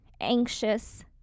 anxious